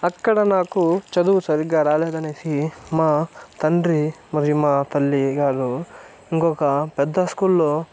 అక్కడ నాకు చదువు సరిగ్గా రాలేదనేసి మా తండ్రి మరియు మా తల్లిగారు ఇంకొక పెద్ద స్కూల్లో